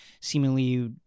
seemingly